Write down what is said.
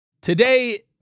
today